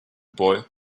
boy